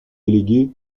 délégué